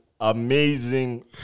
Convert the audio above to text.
amazing